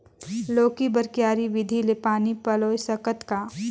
लौकी बर क्यारी विधि ले पानी पलोय सकत का?